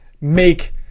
make